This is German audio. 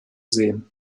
sehen